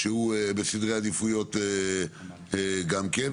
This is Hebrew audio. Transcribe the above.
שהוא בסדרי עדיפויות גם כן,